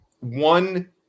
One